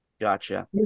Gotcha